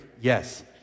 Yes